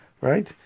right